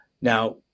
Now